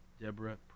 Deborah